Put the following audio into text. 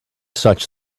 such